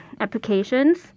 applications